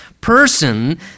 person